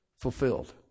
Fulfilled